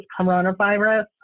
coronavirus